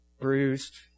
bruised